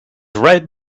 red